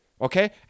okay